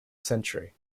century